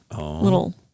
little